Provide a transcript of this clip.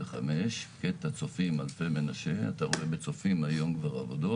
החלק השלישי, כבר רואים את הביצוע.